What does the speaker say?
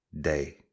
day